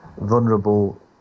vulnerable